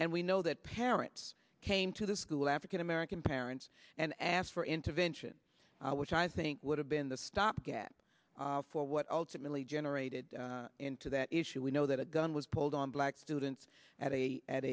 and we know that parents came to the school african american parents and asked for intervention which i think would have been the stopgap for what ultimately generated into that issue we know that a gun was pulled on black students at a at